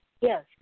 Yes